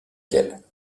quel